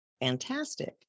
Fantastic